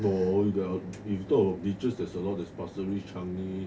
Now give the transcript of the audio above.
no if the beaches there's a lot there's pasir ris changi